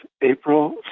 April